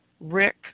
Rick